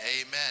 amen